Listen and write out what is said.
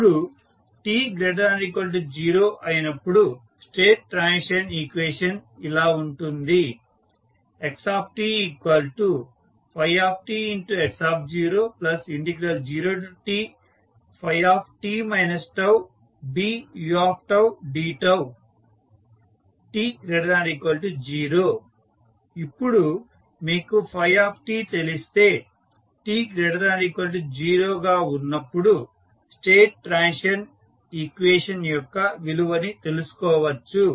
ఇప్పుడు t≥0 అయినపుడు state transition equation ఇలా ఉంటుంది xtφtx00tt τBudτt≥0 ఇప్పుడు మీకు t తెలిస్తే t ≥ 0 గా ఉన్నపుడు స్టేట్ ట్రాన్సిషన్ ఈక్వేషన్ యొక్క విలువని తెలుసుకోవచ్చు